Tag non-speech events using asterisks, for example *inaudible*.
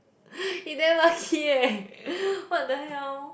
*breath* he damn lucky eh *laughs* what the hell